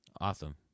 Awesome